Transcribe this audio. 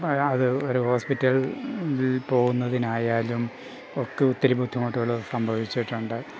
അത് ഒരു ഹോസ്പിറ്റൽ പോകുന്നതിനായാലും ഒക്കെ ഒത്തിരി ബുദ്ധിമുട്ടുകൾ സംഭവിച്ചിട്ടുണ്ട്